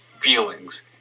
feelings